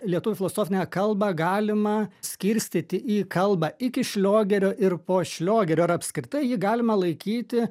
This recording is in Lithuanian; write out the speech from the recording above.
lietuvių filosofinę kalbą galima skirstyti į kalbą iki šliogerio ir po šliogerio ir apskritai jį galima laikyti